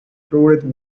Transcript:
throated